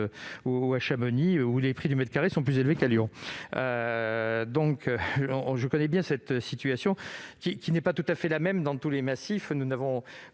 ou à Chamonix, où les prix au mètre carré sont plus élevés qu'à Lyon. Je connais bien cette situation, qui n'est pas tout à fait la même dans tous les massifs